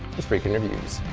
with freakin' reviews.